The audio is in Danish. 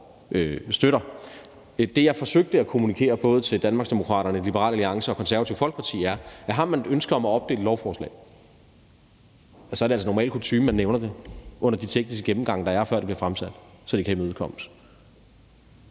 støtter. Det, jeg forsøgte at kommunikere både til Danmarksdemokraterne, Liberal Alliance og Det Konservative Folkeparti, er, at har man et ønske om at opdele lovforslaget, er det altså normal kutyme, at man nævner det under de tekniske gennemgange, der er, før det bliver fremsat, så det kan imødekommes,